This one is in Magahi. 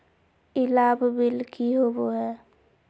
ई लाभ बिल की होबो हैं?